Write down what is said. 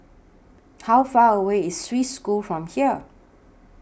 How Far away IS Swiss School from here